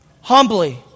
humbly